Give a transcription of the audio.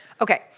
Okay